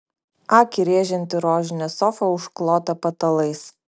akį rėžianti rožinė sofa užklota patalais